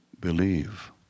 believe